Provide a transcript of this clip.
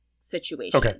situation